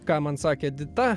ką man sakė edita